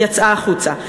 היא יצאה החוצה.